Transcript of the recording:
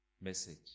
message